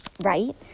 Right